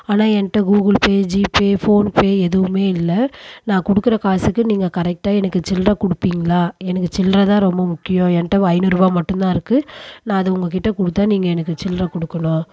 ஆனால் என்ட்ட Google Pay GPay PhonePe எதுவும் இல்லை நான் கொடுக்குற காசுக்கு நீங்கள் கரெக்டாக எனக்கு சில்லற கொடுப்பீங்களா எனக்கு சில்லற தான் ரொம்ப முக்கியம் என்ட்ட ஐநூறுபா மட்டுந்தான் இருக்குது நான் அது உங்கக்கிட்டே கொடுத்தா நீங்கள் எனக்கு சில்லற கொடுக்கணும்